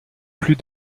plus